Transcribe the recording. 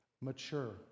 Mature